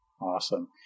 Awesome